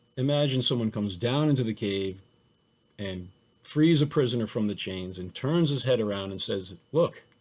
imagine someone comes down into the cave and frees a prisoner from the chains and turns his head around and says, look,